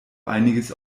einiges